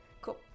Cool